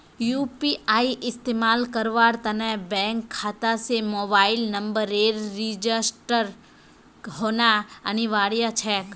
UPI इस्तमाल करवार त न बैंक खाता स मोबाइल नंबरेर रजिस्टर्ड होना अनिवार्य छेक